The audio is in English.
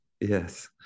Yes